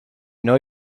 know